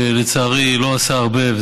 לצערי לא עושה הרבה,